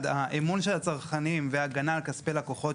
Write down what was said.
על כספי הלקוחות,